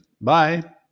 Bye